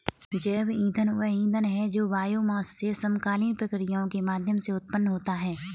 जैव ईंधन वह ईंधन है जो बायोमास से समकालीन प्रक्रियाओं के माध्यम से उत्पन्न होता है